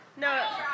No